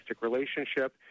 relationship